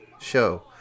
show